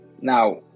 Now